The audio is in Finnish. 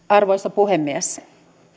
arvoisa puhemies